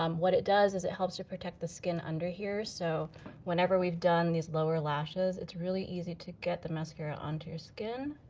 um what it does is it helps to protect the skin under here, so whenever we've done these lower lashes, it's really easy to get the mascara onto your skin,